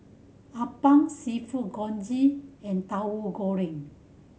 appam Seafood Congee and Tahu Goreng